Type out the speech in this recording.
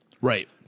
right